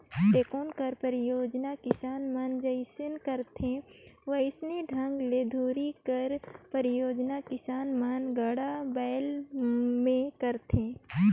टेकोना कर परियोग किसान मन जइसे करथे वइसने ढंग ले धूरी कर परियोग किसान मन गाड़ा बइला मे करथे